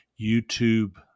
YouTube